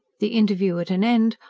the interview at an end,